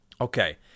Okay